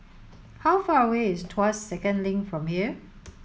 how far away is Tuas Second Link from here